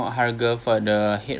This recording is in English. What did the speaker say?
eh ni macam interesting juga eh